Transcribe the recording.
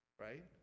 Right